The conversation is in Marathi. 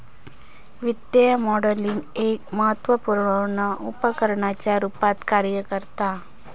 वित्तीय मॉडलिंग एक महत्त्वपुर्ण उपकरणाच्या रुपात कार्य करता